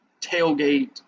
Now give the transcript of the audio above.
tailgate